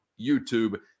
youtube